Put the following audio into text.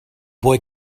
boy